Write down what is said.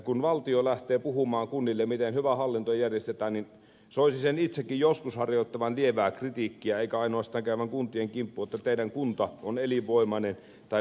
kun valtio lähtee puhumaan kunnille miten hyvä hallinto järjestetään niin soisi sen itsekin joskus harjoittavan lievää kritiikkiä eikä ainoastaan käyvän kuntien kimppuun että teidän kuntanne on elinvoimainen tai peräti elinkelvoton